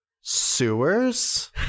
Sewers